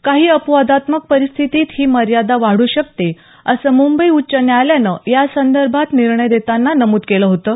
काही अपवादात्मक परिस्थितीत ही मर्यादा वाढू शकते असं मुंबई उच्च न्यायालयानं यासंदर्भात निर्णय देताना नमूद केलं होतं